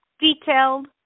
detailed